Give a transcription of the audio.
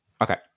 Okay